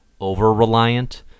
over-reliant